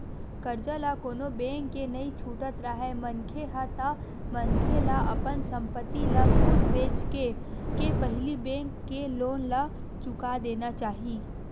करजा ल कोनो बेंक के नइ छुटत राहय मनखे ह ता मनखे ला अपन संपत्ति ल खुद बेंचके के पहिली बेंक के लोन ला चुका देना चाही